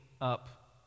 up